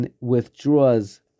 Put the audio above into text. withdraws